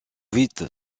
vite